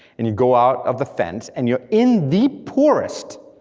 and you go out of the fence, and you're in the poorest,